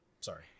Sorry